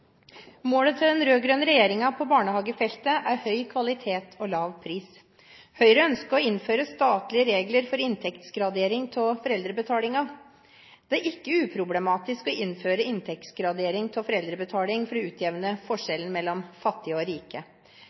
Målet til den rød-grønne regjeringen på barnehagefeltet er høy kvalitet og lav pris. Høyre ønsker å innføre statlige regler for inntektsgradering av foreldrebetalingen. Det er ikke uproblematisk å innføre inntektsgradering av foreldrebetalingen for å utjevne forskjellene mellom fattige og rike.